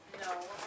No